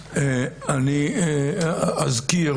אני אזכיר